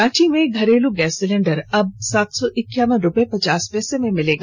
रांची में घरेल gas cylinder अब सात सौ इक्यावन रूपये पचास पैसे में मिलेगा